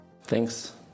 Thanks